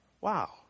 wow